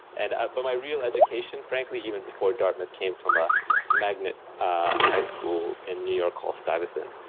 and ah but my real education, frankly, even before dartmouth came from a magnet ah high school in new york called stuyvesant,